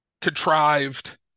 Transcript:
contrived